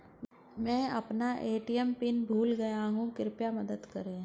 मैं अपना ATM PIN भूल गया हूँ कृपया मदद करें